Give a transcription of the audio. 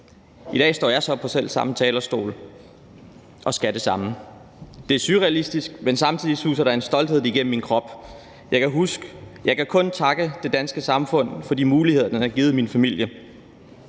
I dag står jeg så på selv samme talerstol og skal det samme. Det er surrealistisk, men samtidig suser der en stolthed igennem min krop. Jeg kan kun takke det danske samfund for de muligheder, det har givet min familie.